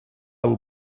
will